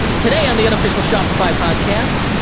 today on the unofficial shopify podcast,